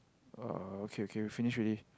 uh okay okay we finish already